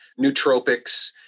Nootropics